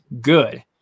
good